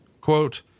Quote